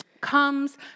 comes